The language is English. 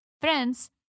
friends